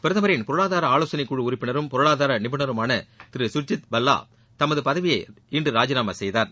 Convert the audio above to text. பிரதமரின் பொருளாதார ஆலோசனை குழு உறுப்பினரும் பொருளாதார நிபுணருமான திரு கர்ஜித் பல்லா தனது பதவியை இன்று ராஜினாமா செய்தார்